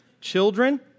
Children